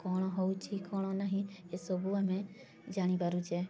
କ'ଣ ହେଉଛି କ'ଣ ନାହିଁ ଏସବୁ ଆମେ ଜାଣି ପାରୁଛେ